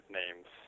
names